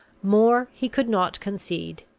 more he could not concede,